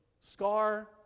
scar